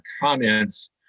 comments